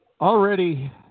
already